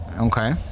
Okay